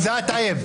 תודה, טייב.